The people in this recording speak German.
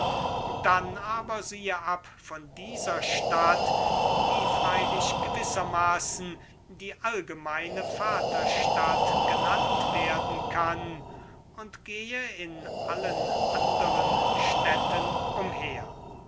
dann aber siehe ab von dieser stadt die freilich gewissermaßen die allgemeine genannt werden kann und gehe in allen städten umher